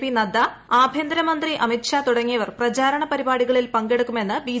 P Nadda ആഭ്യന്തരമന്ത്രി അ്മിത് ഷാ തുടങ്ങിയവർ പ്രചാരണ പരിപാടികളിൽ പങ്കെടുക്ക്ക്ക്ക്കുമന്ന് ബി